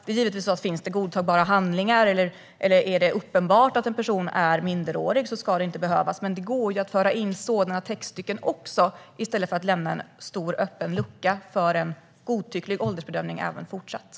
Om det finns godtagbara handlingar eller om det är uppenbart att en person är minderårig ska det givetvis inte behövas, men det går att föra in även sådana textstycken i stället för att lämna en stor, öppen lucka för godtycklig åldersbedömning även framöver.